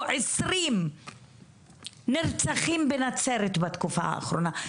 עשרים נרצחים בנצרת בתקופה האחרונה?